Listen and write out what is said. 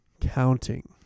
Counting